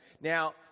Now